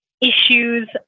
issues